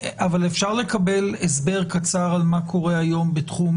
לקבל הסבר קצר על מה שקורה היום בתחום